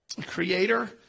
Creator